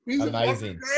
Amazing